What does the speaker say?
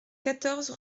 quatorze